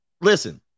Listen